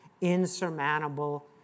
insurmountable